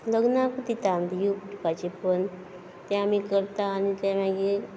लग्नाक दिता आमी यू ट्युबाचेर पळोवन ते आमी करता आनी ते मागीर